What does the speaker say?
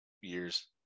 years